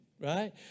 right